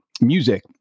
music